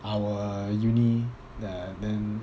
our uni uh then